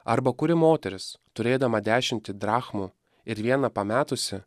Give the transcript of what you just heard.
arba kuri moteris turėdama dešimtį drachmų ir vieną pametusį